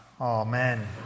Amen